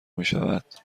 میشود